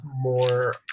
more